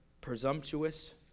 presumptuous